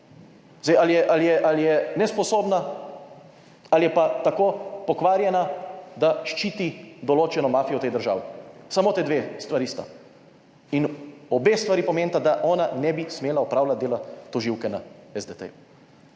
Zdaj ali je nesposobna ali je pa tako pokvarjena, da ščiti določeno mafijo tej državi. Samo ti dve stvari sta in obe stvari pomenita, da ona ne bi smela opravljati dela tožilke na SDT.